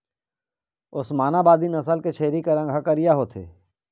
ओस्मानाबादी नसल के छेरी के रंग ह करिया होथे